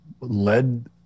led